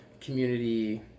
community